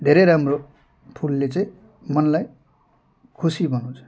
धेरै राम्रो फुलले चाहिँ मनलाई खुसी बनाउँछ